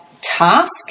task